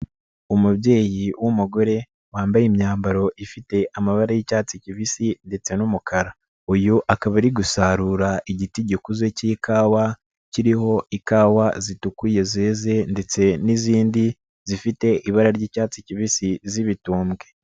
Umubyeyi w'umugore wambaye imyambaro ifite amabara y'icyatsi kibisi ndetse n'umukara, uyu akaba ari gusarura igiti gikuze k'ikawa kiriho ikawa zitukuye zeze ndetse n'izindi zifite ibara ry'icyatsi kibisi zibitumbwe.